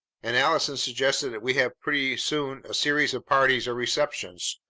and allison suggested that we have pretty soon a series of parties or receptions,